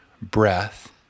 breath